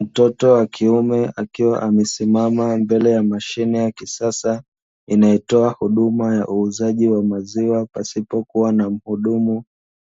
Mtoto wa kiume, akiwa amesimama mbele ya mashine ya kisasa inayotoa huduma ya uuzajiwa maziwa pasipokuwa na mhudumu,